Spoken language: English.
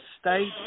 state